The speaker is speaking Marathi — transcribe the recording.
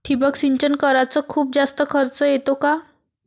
ठिबक सिंचन कराच खूप जास्त खर्च येतो का?